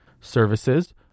services